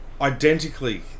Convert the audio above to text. identically